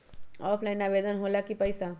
Offline भुगतान हो ला कि पईसा?